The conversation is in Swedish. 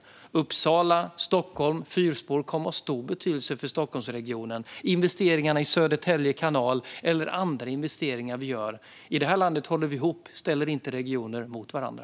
Fyrspåret mellan Uppsala och Stockholm kommer att ha stor betydelse för Stockholmsregionen, liksom investeringarna i Södertälje kanal och andra investeringar vi gör. I det här landet håller vi ihop och ställer inte regioner mot varandra.